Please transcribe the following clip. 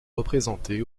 représenté